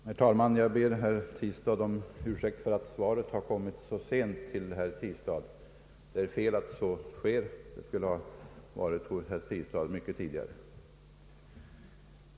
Herr talman! Jag ber herr Tistad om ursäkt för att svaret har kommit så sent — det är fel, det skulle naturligtvis ha förelagts herr Tistad mycket tidigare.